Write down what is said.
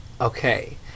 Okay